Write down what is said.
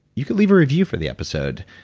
you can leave a review for the episode,